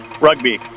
Rugby